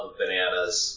bananas